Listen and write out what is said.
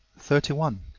thirty one.